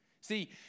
See